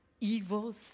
evil